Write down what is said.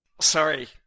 Sorry